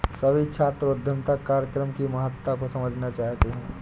सभी छात्र उद्यमिता कार्यक्रम की महत्ता को समझना चाहते हैं